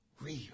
real